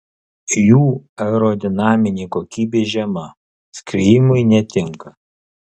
jų aerodinaminė kokybė žema skriejimui netinka